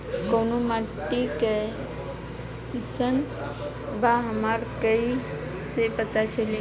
कोउन माटी कई सन बा हमरा कई से पता चली?